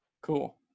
Cool